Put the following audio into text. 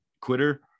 quitter